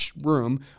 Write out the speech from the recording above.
room